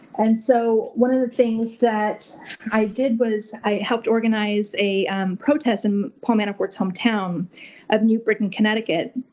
and so one of the things that i did was i helped organize a protest in paul manafort's hometown of new britain, connecticut,